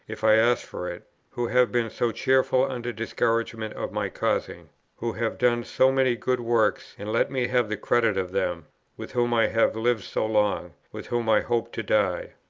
if i asked for it who have been so cheerful under discouragements of my causing who have done so many good works, and let me have the credit of them with whom i have lived so long, with whom i hope to die.